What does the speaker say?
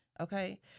Okay